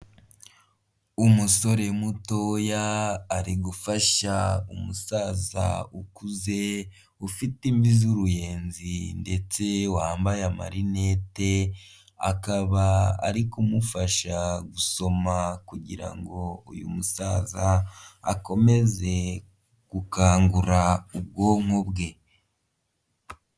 Umusore mutoya ari gufasha umusaza ukuze ufite imvi z'uruyenzi ndetse wambaye amarinete, akaba ari kumufasha gusoma kugira ngo uyu musaza akomeze gukangura ubwonko bwe.